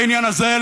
בעניין הזה,